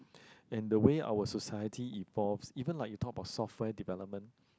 and the way our society evolves even like you talked about software development